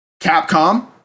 Capcom